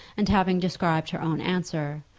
and having described her own answer,